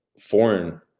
foreign